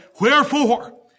Wherefore